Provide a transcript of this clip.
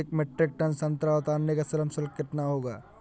एक metric ton संतरा उतारने का श्रम शुल्क कितना होगा?